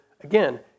again